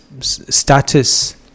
status